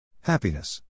Happiness